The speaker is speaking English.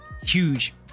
huge